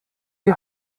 die